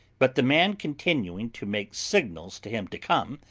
but the man continuing to make signals to him to come,